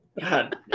God